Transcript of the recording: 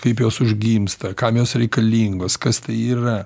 kaip jos užgimsta kam jos reikalingos kas tai yra